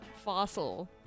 fossil